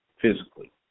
physically